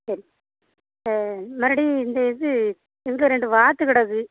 சரி மறுபடி இந்த இது இங்கே ரெண்டு வாத்து கிடக்கு